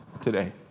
today